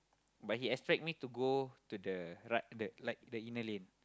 but he expect me to go to the right the like the inner lane